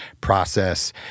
process